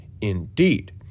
indeed